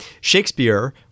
shakespeare